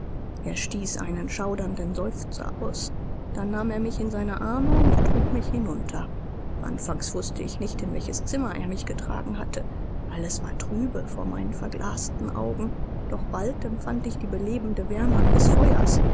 er stieß einen schaudernden seufzer aus dann nahm er mich in seine arme und trug mich hinunter anfangs wußte ich nicht in welches zimmer er mich getragen hatte alles war trübe vor meinen verglasten augen doch bald empfand ich die belebende wärme eines feuers